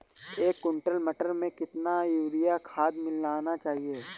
एक कुंटल मटर में कितना यूरिया खाद मिलाना चाहिए?